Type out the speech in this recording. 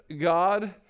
God